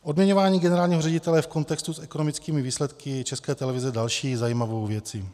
Odměňování generálního ředitele v kontextu s ekonomickými výsledky České televize je další zajímavou věcí.